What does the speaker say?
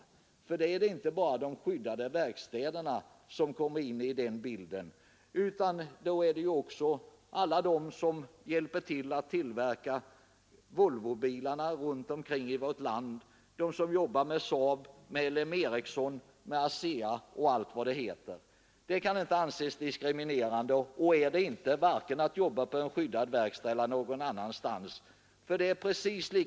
Det är inte bara de som arbetar på de skyddade verkstäderna som då kommer in i den bilden, utan också alla de som runt omkring i vårt land hjälper till att tillverka Volvobilarna, de som jobbar för SAAB, LM Ericsson, ASEA och allt vad de heter. Det kan inte anses diskriminerande, vare sig man jobbar i skyddad verkstad eller någon annanstans.